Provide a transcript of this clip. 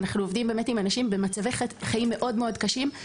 אנחנו באמת עובדים עם אנשים במצבי חיים מאוד-מאוד קשים,